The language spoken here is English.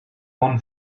one